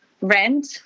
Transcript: rent